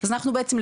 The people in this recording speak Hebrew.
אז אנחנו בעצם,